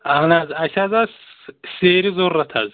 اَہن حظ اَسہِ حظ آسہٕ سیرِ ضوٚرَتھ حظ